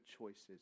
choices